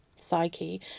psyche